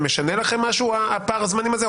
זה משנה לכם משהו הפער הזמנים הזה?